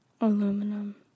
aluminum